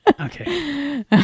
Okay